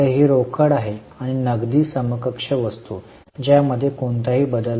तर ही रोकड आहे आणि नगदी समकक्ष वस्तू ज्यामध्ये कोणताही बदल नाही